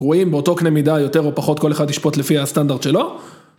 רואים באותו קנה מידה יותר או פחות כל אחד ישפוט לפי הסטנדרט שלו?